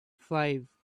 five